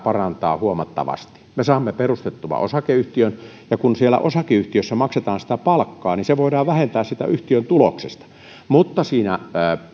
parantaa huomattavasti me saamme perustettua osakeyhtiön ja kun siellä osakeyhtiössä maksetaan sitä palkkaa niin se voidaan vähentää siitä yhtiön tuloksesta mutta siinä